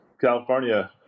California